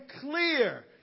clear